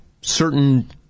certain